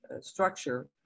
structure